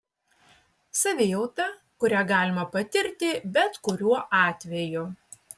savijauta kurią galima patirti bet kuriuo atveju